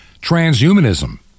Transhumanism